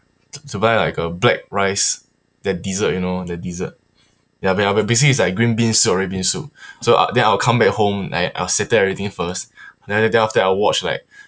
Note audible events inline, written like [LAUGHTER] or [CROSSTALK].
[NOISE] to buy like a black rice that dessert you know that dessert ya but ya but basically it's like green bean soup red bean soup [BREATH] so I then I will come back home like I'll settle everything first then then then after that I'll watch like some like